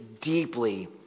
deeply